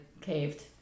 caved